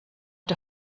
der